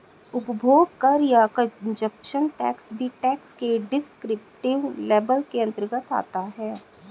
उपभोग कर या कंजप्शन टैक्स भी टैक्स के डिस्क्रिप्टिव लेबल के अंतर्गत आता है